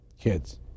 Kids